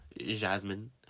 Jasmine